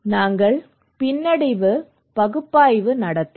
நாங்கள் பின்னடைவு பகுப்பாய்வு நடத்தினோம்